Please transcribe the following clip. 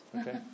Okay